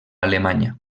alemanya